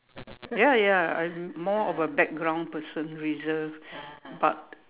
ya ya I'm more of a background person reserved but